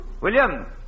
William